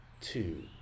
two